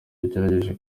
bagerageje